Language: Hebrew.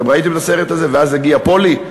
אתם ראיתם את הסרט הזה, "ואז הגיעה פולי"?